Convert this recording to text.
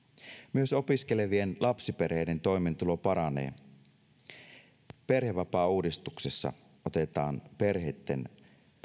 myös opiskelevien lapsiperheiden toimeentulo paranee ja perhevapaauudistuksessa otetaan perheitten